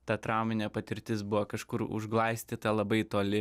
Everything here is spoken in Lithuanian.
ta trauminė patirtis buvo kažkur užglaistyta labai toli